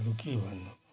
अरू के भन्नु